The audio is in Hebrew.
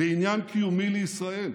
בעניין קיומי לישראל.